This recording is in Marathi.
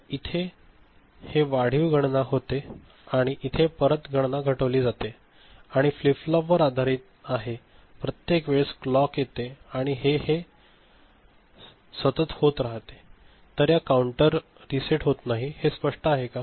तर इथे हे वाढीव गणना होते आणि इथे परत गणना घडवली जाते आणि हे फ्लीप फ्लोपवर आधारित आहे प्रत्येक वेळेस क्लॉक येते आणि हे हे सतत होत राहत तर हा काउंटर रीसेट होत नाही हे स्पष्ट आहे का